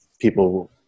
people